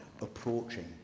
approaching